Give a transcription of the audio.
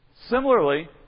Similarly